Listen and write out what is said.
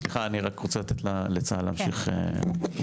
סליחה, אני רק רוצה לתת לצה"ל להמשיך ולסיים.